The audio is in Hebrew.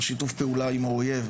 על שיתוף פעולה עם האויב.